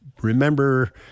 Remember